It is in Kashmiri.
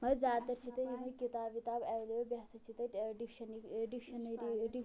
مگر زیادٕ تر چھِ تِم یمٔے کتاب وتاب ایٚولیبٕل بیٚیہِ ہسا چھِ تتہِ ڈکشن ٲں ڈکشنری ڈکشن